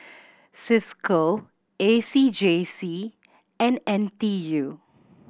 Cisco A C J C and N T U